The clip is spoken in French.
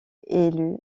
réélu